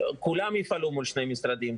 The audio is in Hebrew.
כולם יפעלו מול שני משרדים,